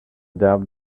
doubt